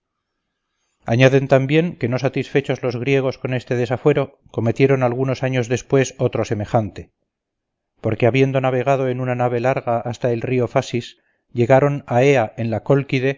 añaden también que no satisfechos los griegos con este desafuero cometieron algunos años después otro semejante porque habiendo navegado en una nave larga hasta el río fasis llegaron a ea en la